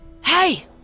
Hey